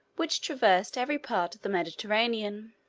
which traversed every part of the mediterranean.